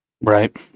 Right